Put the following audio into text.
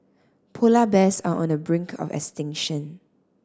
polar bears are on the brink of extinction